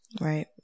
Right